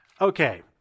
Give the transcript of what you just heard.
Okay